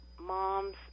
Moms